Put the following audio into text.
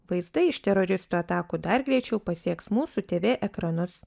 vaizdai iš teroristų atakų dar greičiau pasieks mūsų tv ekranus